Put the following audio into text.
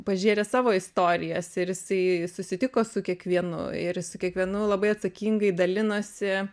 pažėrė savo istorijas ir jisai susitiko su kiekvienu ir su kiekvienu labai atsakingai dalinosi